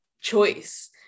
choice